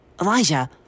Elijah